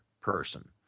person